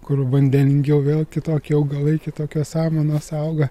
kur vandeningiau vėl kitokie augalai kitokios samanos auga